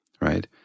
Right